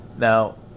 Now